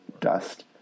dust